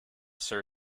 sir